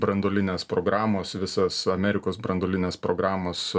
branduolinės programos visas amerikos branduolinės programos